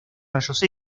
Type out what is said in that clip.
rayos